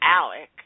ALEC